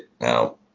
Now